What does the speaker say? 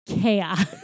Chaos